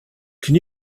can